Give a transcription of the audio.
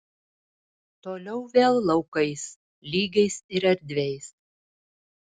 toliau vėl laukais lygiais ir erdviais